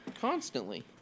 Constantly